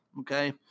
Okay